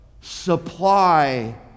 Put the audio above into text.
supply